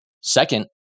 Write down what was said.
Second